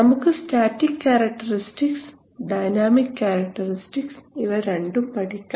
നമുക്ക് static characteristics dynamic characteristics ഇവ രണ്ടും പഠിക്കാം